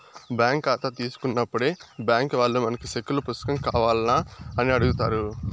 bank కాతా తీసుకున్నప్పుడే బ్యాంకీ వాల్లు మనకి సెక్కుల పుస్తకం కావాల్నా అని అడుగుతారు